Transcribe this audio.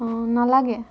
অঁ নালাগে